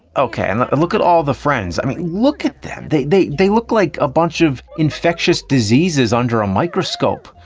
okay. and look look at all the friends. i mean look at them. they they look like a bunch of infectious diseases under a microscope.